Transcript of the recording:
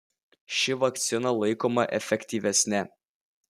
ši vakcina laikoma efektyvesne